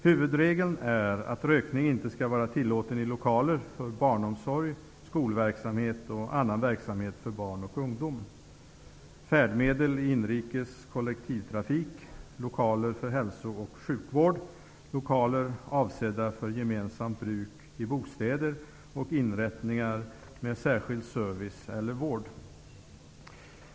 Huvudregeln är att rökning inte skall vara tillåten i lokaler för barnomsorg, skolverksamhet och annan verksamhet för barn och ungdom, färdmedel i inrikes kollektivtrafik, lokaler för hälso och sjukvård, lokaler avsedda för gemensamt bruk i bostäder och inrättningar med särskild service eller vård.